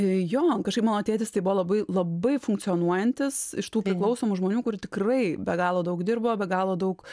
jo kažkaip mano tėtis tai buvo labai labai funkcionuojantis iš tų priklausomų žmonių kur tikrai be galo daug dirbo be galo daug